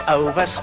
over